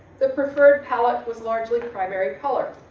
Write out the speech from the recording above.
the preferred palette was largely primary color.